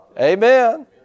Amen